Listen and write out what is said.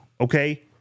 Okay